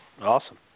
awesome